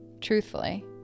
truthfully